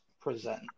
present